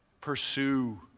Pursue